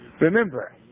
Remember